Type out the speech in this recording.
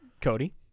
Cody